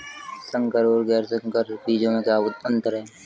संकर और गैर संकर बीजों में क्या अंतर है?